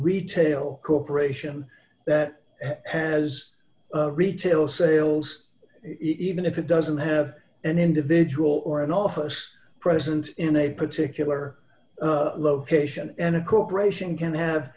retail corporation that has retail sales even if it doesn't have an individual or an office present in a particular location and a corporation can have